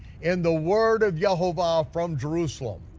and the word of yehovah from jerusalem.